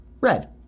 red